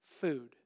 Food